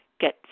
get